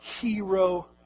hero